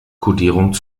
kodierung